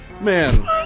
Man